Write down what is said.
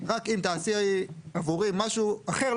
אני אתן לך את האישור הזה רק אם תעשי עבורי משהו אחר,